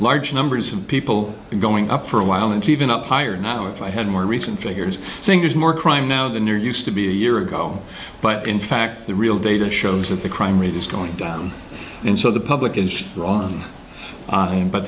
large numbers of people going up for a while and even up higher now if i had more recent figures saying there's more crime now than your used to be a year ago but in fact the real data shows that the crime rate is going down and so the public is drawn in but